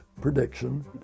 prediction